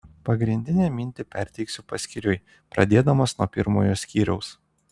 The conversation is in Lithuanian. pagrindinę mintį perteiksiu paskyriui pradėdamas nuo pirmojo skyriaus